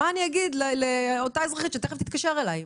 מה אני אגיד לאותה אזרחית שתכף תתקשר אליי?